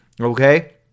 Okay